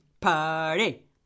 party